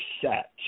set